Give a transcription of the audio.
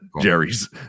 Jerry's